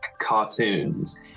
cartoons